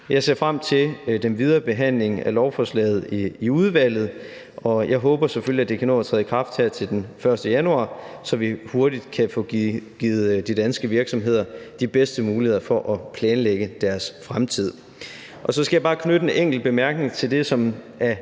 Jeg ser frem til den videre behandling af lovforslaget i udvalget, og jeg håber selvfølgelig, at det kan nå at træde i kraft her til den 1. januar, så vi hurtigt kan få givet de danske virksomheder de bedste muligheder for at planlægge deres fremtid. Og så skal jeg bare knytte en enkelt bemærkning til det, som af